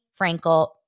Frankel-